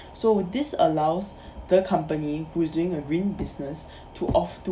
so this allows the company who is doing a green business to of to~